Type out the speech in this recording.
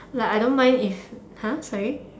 like I don't mind if !huh! sorry